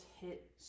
hit